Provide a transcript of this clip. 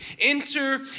Enter